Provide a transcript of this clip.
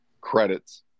credits